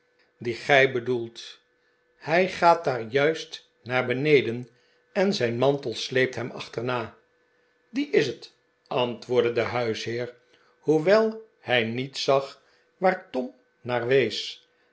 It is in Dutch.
dien gij bedoelt hij g'aat daar juist naar beneden en zijn mantel sleept hem achterna die is het antwoordde de huisheer hoewel hij niet zag waar tom naar wees